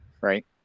right